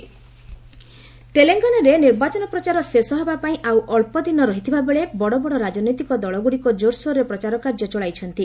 Telangana campaign ତେଲେଙ୍ଗାନାରେ ନିର୍ବାଚନ ପ୍ରଚାର ଶେଷ ହେବା ପାଇଁ ଆଉ ଅଳ୍ପଦିନ ରହିଥିବା ବେଳେ ବଡ଼ବଡ଼ ରାଜନୈତିକ ଦଳଗୁଡ଼ିକ ଜୋରସୋରରେ ପ୍ରଚାର କାର୍ଯ୍ୟ ଚଳାଇଛନ୍ତି